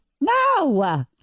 no